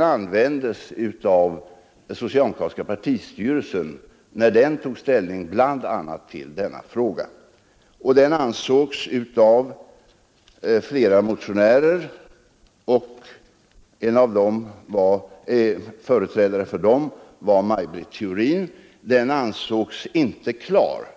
användes av socialdemokratiska partistyrelsen när den tog ställning bl.a. till denna fråga, men den ansågs av flera motionärer — en företrädare för dem var Maj Britt Theorin — inte klar.